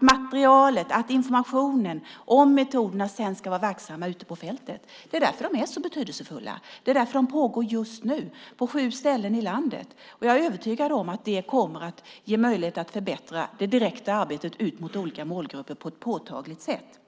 Materialet och informationen om metoderna ska sedan vara verksamma på fältet. Det är därför de är så betydelsefulla. Det är därför seminarierna pågår just nu på sju ställen i landet. Jag är övertygad om att det kommer att ge möjlighet att förbättra det direkta arbetet mot olika målgrupper på ett påtagligt sätt.